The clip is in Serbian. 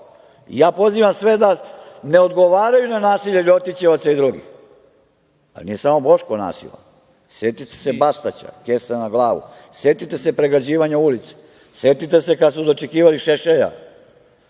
pozivam sve da ne odgovaraju na nasilje ljotićevaca i drugih. Nije samo Boško nasilan, setite se Bastaća, kese na glavu, setite se pregrađivanja ulice, setite se kada su dočekivali Šešelja,